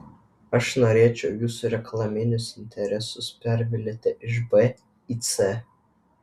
aš norėčiau jūsų reklaminius interesus pervilioti iš b į c